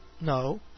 No